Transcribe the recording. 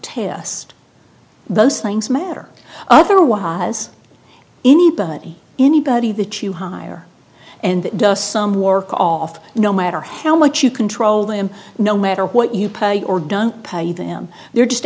test those things matter otherwise anybody anybody that you hire and does some work off no matter how much you control them no matter what you pay or don't pay them they're just